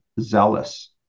zealous